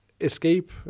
escape